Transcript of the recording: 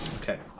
Okay